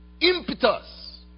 impetus